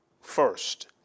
first